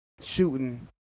shooting